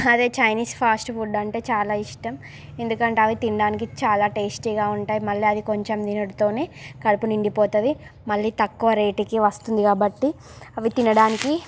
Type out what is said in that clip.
అదే Chinese fast food అంటే చాలా ఇష్టం ఎందుకంటే అవి తినడానికి చాలా టేస్టీగా ఉంటాయి మళ్ళీ అది కొంచెం తినడంతోనే కడుపు నిండిపోతుంది మళ్ళీ తక్కువ రేట్కి వస్తుంది కాబట్టి అవి తినడానికి